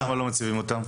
למה לא מציבים אותם?